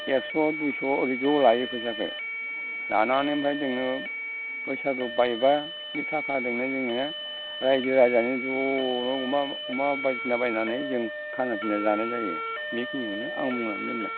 एकस' दुइस' ओरै ज' लायो फैसाखो लानानै ओमफ्राय जोङो बैसागो बायब्ला बि थाखाजोंनो जोङो रायजो राजानो ज'नो अमा अमा बायदिसिना बायनानै जों खाना पिना जानाय जायो बिखिनिखोनो आं बुंनानै दोनबाय